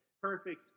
Perfect